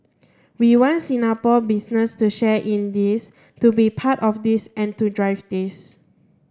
we want Singapore business to share in this to be part of this and to drive this